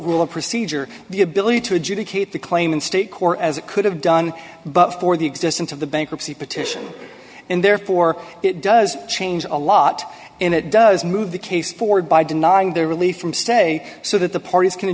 of procedure the ability to adjudicate the claim in state court as it could have done but for the existence of the bankruptcy petition and therefore it does change a lot and it does move the case forward by denying their relief from stay so that the parties can